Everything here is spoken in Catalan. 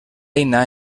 eina